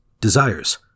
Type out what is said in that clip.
desires